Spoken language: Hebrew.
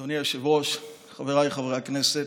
אדוני היושב-ראש, חבריי חברי הכנסת,